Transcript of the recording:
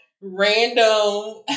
random